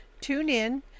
TuneIn